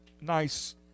Nice